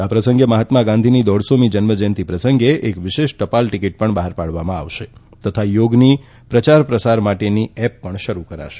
આ પ્રસંગે મહાત્મા ગાંધીની દોઢસોમી જન્મજયંતિ પ્રસંગે એક વિશેષ ટપાલ ટિકીટ પણ બહાર પાડવામાં આવશે તથા થોગ પ્રયાર પ્રસાર માટેની એપ પણ શરૂ કરશે